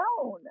alone